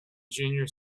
junior